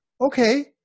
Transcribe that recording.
okay